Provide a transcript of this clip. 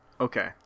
Okay